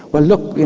well look,